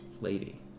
lady